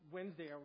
Wednesday